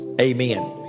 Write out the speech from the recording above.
Amen